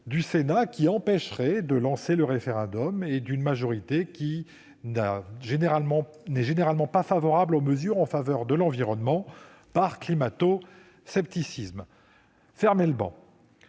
du Sénat qui empêcherait de lancer le référendum et dont la majorité ne serait généralement pas favorable aux mesures en faveur de l'environnement, par climatosceptisme ... Fermez le ban